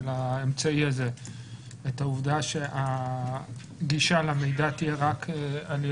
האמצעי הזה את העובדה שהגישה למידע תהיה רק ע"י